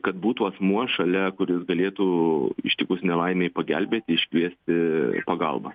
kad būtų asmuo šalia kuris galėtų ištikus nelaimei pagelbėti iškviesti pagalbą